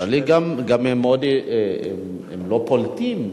אבל הם גם לא פולטים קרינה.